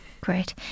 Great